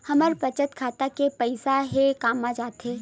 हमर बचत खाता के पईसा हे कामा जाथे?